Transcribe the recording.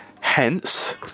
hence